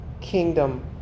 kingdom